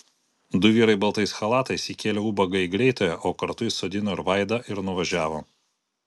du vyrai baltais chalatais įkėlė ubagą į greitąją o kartu įsodino ir vaidą ir nuvažiavo